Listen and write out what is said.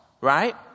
right